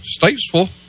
Statesville